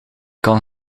kan